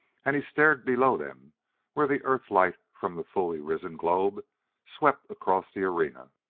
and he stared below them where the earth-light from the fully risen globe swept across the arena.